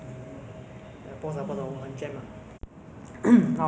就是 ah don't want to have any more ah world wars lah